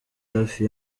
hafi